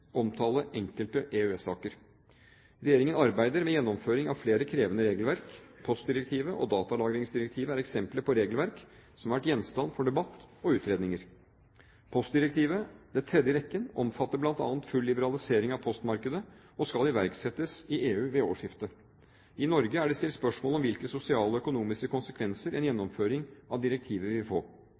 omtale enkelte EØS-saker. Regjeringen arbeider med gjennomføringen av flere krevende regelverk. Postdirektivet og datalagringsdirektivet er eksempler på regelverk som har vært gjenstand for debatt og utredninger. Postdirektivet, det tredje i rekken, omfatter bl.a. full liberalisering av postmarkedet og skal iverksettes i EU ved årsskiftet. I Norge er det stilt spørsmål om hvilke sosiale og økonomiske konsekvenser en gjennomføring av direktivet vil få.